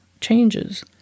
changes